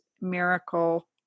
miracle